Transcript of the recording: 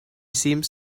seems